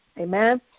amen